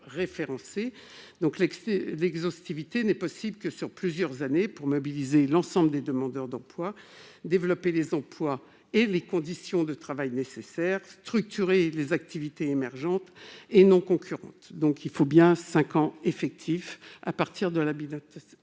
L'exhaustivité n'est possible que sur plusieurs années pour mobiliser l'ensemble des demandeurs d'emploi, développer les emplois et les conditions de travail nécessaires, structurer les activités émergentes et non concurrentes. Cinq ans effectifs à partir de l'habilitation